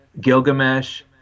Gilgamesh